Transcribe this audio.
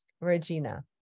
Regina